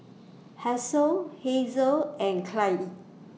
Hasel Hazle and Clydie